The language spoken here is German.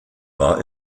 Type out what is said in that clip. war